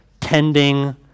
tending